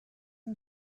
and